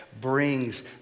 brings